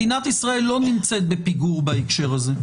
מדינת ישראל לא נמצאת בפיגור בהקשר הזה.